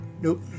nope